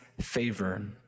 favor